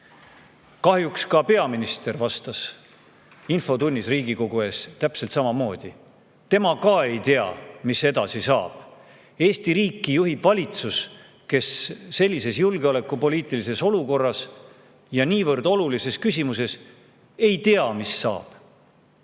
Kahjuks ka peaminister vastas infotunnis Riigikogu ees täpselt samamoodi. Tema ka ei tea, mis edasi saab. Eesti riiki juhib valitsus, kes sellises julgeolekupoliitilises olukorras ja niivõrd olulises küsimuses ei tea, mis saab,